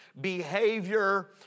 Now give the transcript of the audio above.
behavior